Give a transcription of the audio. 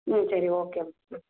ம் சரி ஓகேமா ம்